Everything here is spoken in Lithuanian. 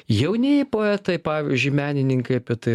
jaunieji poetai pavyzdžiui menininkai apie tai